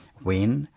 when,